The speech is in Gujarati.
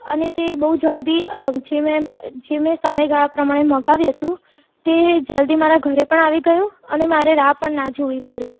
અને તે બહુ જલદી અ જે મેં જે મેં સમયગાળા પ્રમાણે મંગાવ્યું હતું તે જલદી મારા ઘરે પણ આવી ગયું અને મારે રાહ પણ ન જોવી પડી